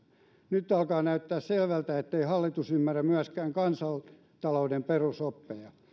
nyt alkaa näyttää selvältä ettei hallitus ymmärrä myöskään kansantalouden perusoppeja